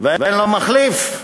ואין לו מחליף.